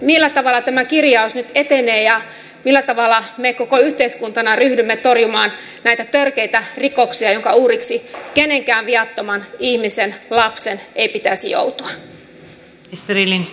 millä tavalla tämä kirjaus nyt etenee ja millä tavalla me koko yhteiskuntana ryhdymme torjumaan näitä törkeitä rikoksia joiden uhriksi kenenkään viattoman ihmisen lapsen ei pitäisi joutua